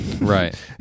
Right